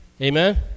Amen